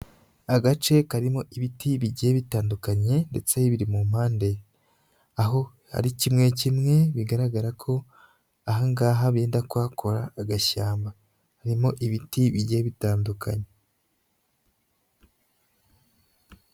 Agace karimo ibiti bigiye bitandukanye ndetse ibiri mu mpande aho hari kimwe kimwe, bigaragara ko aha ngaha benda kuhakora agashyamba, harimo ibiti bigye bitandukanye.